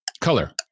Color